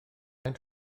faint